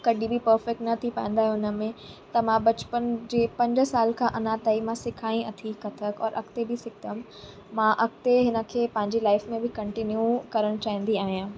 कॾहिं बि पर्फ़ेक्ट न थी पाईंदा आहियूं उन में त मां बचपन जे पंज साल खां अञा ताईं मां सिखां ई अथी कथक और अॻिते बि सिखंदमि मां अॻिते हिन खे पंहिंजी लाइफ में बि कंटीन्यू करणु चाहींदी आहियां